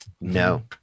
No